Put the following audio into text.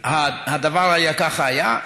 הדבר היה, כך היה,